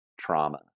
trauma